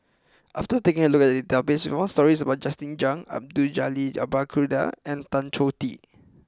after taking a look at the database we found stories about Justin Zhuang Abdul Jalil Abdul Kadir and Tan Choh Tee